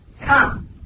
Come